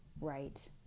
right